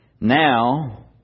Now